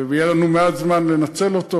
ויהיה לנו מעט זמן לנצל אותו.